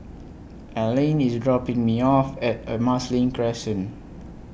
Alline IS dropping Me off At Marsiling Crescent